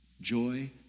Joy